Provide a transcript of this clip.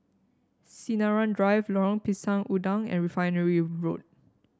Sinaran Drive Lorong Pisang Udang and Refinery Road